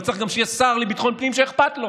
אבל צריך גם שיהיה שר לביטחון הפנים שאכפת לו